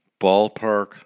ballpark